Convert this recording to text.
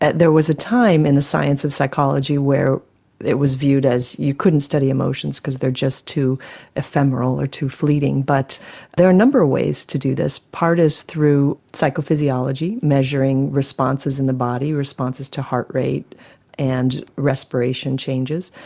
and there was a time in the science of psychology where it was viewed as you couldn't study emotions because they are just too ephemeral or too fleeting, but there are a number of ways to do this, part is through psychophysiology, measuring responses in the body, responses to heart rate and respiration changes.